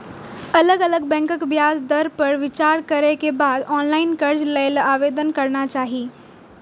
अलग अलग बैंकक ब्याज दर पर विचार करै के बाद ऑनलाइन कर्ज लेल आवेदन करना चाही